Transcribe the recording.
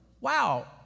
Wow